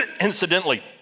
Incidentally